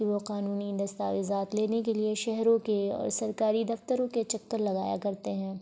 کہ وہ قانونی دستاویزات لینے کے لیے شہروں کے اور سرکاری دفتروں کے چکر لگایا کرتے ہیں